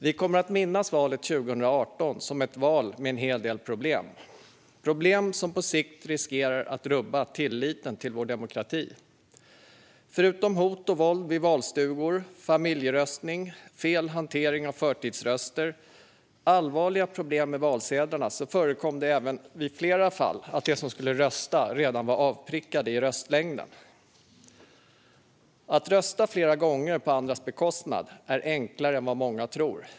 Vi kommer att minnas valet 2018 som ett val med en hel del problem - problem som på sikt riskerar att rubba tilliten till vår demokrati. Förutom hot och våld vid valstugor, familjeröstning, felhantering av förtidsröster och allvarliga problem med valsedlarna förekom det i flera fall att de som skulle rösta redan var avprickade i röstlängden. Att rösta flera gånger på andras bekostnad är enklare än vad många tror.